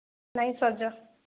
ନାଇଁ ସଜ